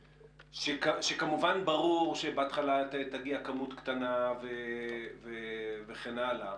שכמובן ברור שבהתחלה תגיע כמות קטנה וכן הלאה,